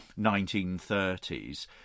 1930s